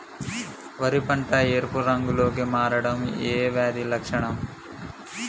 వరి పంట ఎరుపు రంగు లో కి మారడం ఏ వ్యాధి లక్షణం?